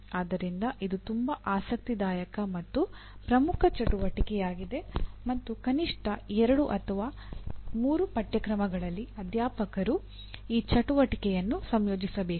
ಆದ್ದರಿಂದ ಇದು ತುಂಬಾ ಆಸಕ್ತಿದಾಯಕ ಮತ್ತು ಪ್ರಮುಖ ಚಟುವಟಿಕೆಯಾಗಿದೆ ಮತ್ತು ಕನಿಷ್ಠ 2 ಅಥವಾ 3 ಪಠ್ಯಕ್ರಮಗಳಲ್ಲಿ ಅಧ್ಯಾಪಕರು ಈ ಚಟುವಟಿಕೆಯನ್ನು ಸಂಯೋಜಿಸಬೇಕು